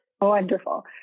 Wonderful